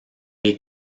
est